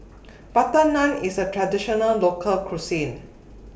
Butter Naan IS A Traditional Local Cuisine